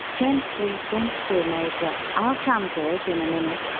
gently, gently, major i'll come to it in a minute.